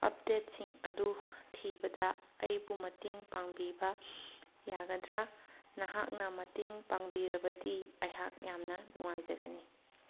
ꯑꯞꯗꯦꯠꯁꯤꯡ ꯑꯗꯨ ꯊꯤꯕꯗ ꯑꯩꯕꯨ ꯃꯇꯦꯡ ꯄꯥꯡꯕꯤꯕ ꯌꯥꯒꯗ꯭ꯔꯥ ꯅꯍꯥꯛꯅ ꯃꯇꯦꯡ ꯄꯥꯡꯕꯤꯔꯕꯗꯤ ꯑꯩꯍꯥꯛ ꯌꯥꯝꯅ ꯅꯨꯡꯉꯥꯏꯖꯒꯅꯤ